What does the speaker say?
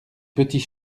petit